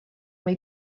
või